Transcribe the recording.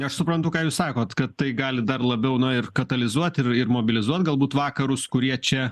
aš suprantu ką jūs sakot kad tai gali dar labiau na ir katalizuot ir ir mobilizuot galbūt vakarus kurie čia